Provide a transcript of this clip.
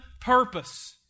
purpose